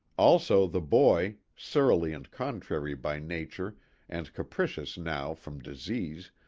also the boy, surly and contrary by nature and capricious now from disease,